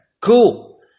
Cool